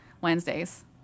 Wednesdays